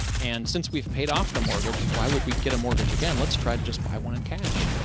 and since we've paid off the mortgage, why would we get a mortgage again? let's try to just buy one in cash.